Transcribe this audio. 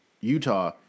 Utah